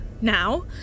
now